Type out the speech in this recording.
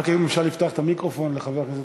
אם אפשר לפתוח את המיקרופון לחבר הכנסת,